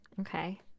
okay